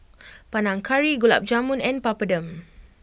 Panang Curry Gulab Jamun and Papadum